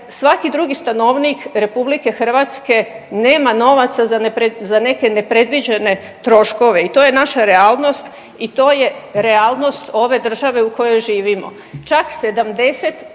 svaki drugi stanovnik RH nema novaca za neke nepredviđene troškove i to je naša realnost i to je realnost ove države u kojoj živimo. Čak 70%